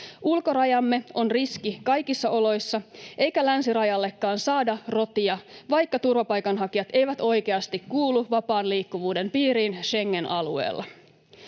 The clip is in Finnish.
Ulkorajamme on riski kaikissa oloissa, eikä länsirajallekaan saada rotia, vaikka turvapaikanhakijat eivät oikeasti kuulu vapaan liikkuvuuden piiriin Schengen-alueella.